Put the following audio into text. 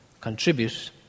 contribute